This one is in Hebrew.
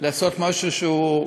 לעשות משהו שהוא,